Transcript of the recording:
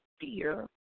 fear